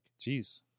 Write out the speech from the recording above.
jeez